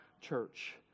church